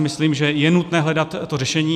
Myslím si, že je nutné hledat řešení.